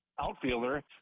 outfielder